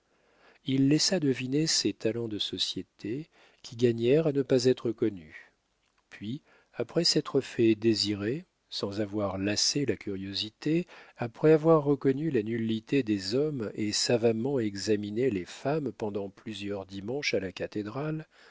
il laissa deviner ses talents de société qui gagnèrent à ne pas être connus puis après s'être fait désirer sans avoir lassé la curiosité après avoir reconnu la nullité des hommes et savamment examiné les femmes pendant plusieurs dimanches à la cathédrale